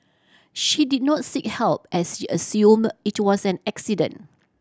she did not seek help as she assume it was an accident